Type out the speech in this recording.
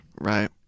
Right